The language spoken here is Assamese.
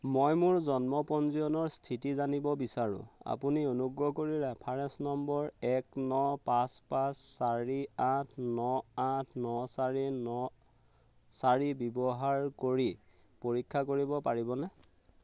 মই মোৰ জন্ম পঞ্জীয়নৰ স্থিতি জানিব বিচাৰোঁ আপুনি অনুগ্ৰহ কৰি ৰেফাৰেন্স নম্বৰ এক ন পাঁচ পাঁচ চাৰি আঠ ন আঠ ন চাৰি ন চাৰি ব্যৱহাৰ কৰি পৰীক্ষা কৰিব পাৰিবনে